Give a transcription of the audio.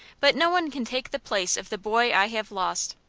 but no one can take the place of the boy i have lost.